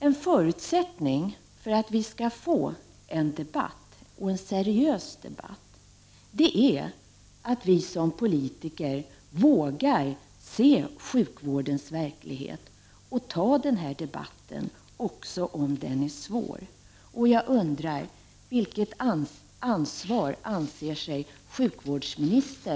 En förutsättning för att vi skall få en seriös debatt är att vi som politiker vågar se sjukvårdens verklighet och ta den här debatten också om den är svår.